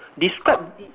describe